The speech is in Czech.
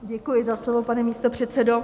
Děkuji za slovo, pane místopředsedo.